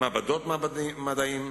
מעבדות מדעים,